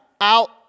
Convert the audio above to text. out